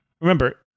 remember